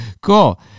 Cool